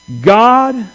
God